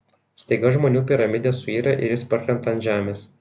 staiga žmonių piramidė suyra ir jis parkrenta ant žemės